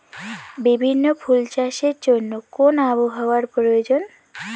বিভিন্ন ফুল চাষের জন্য কোন আবহাওয়ার প্রয়োজন?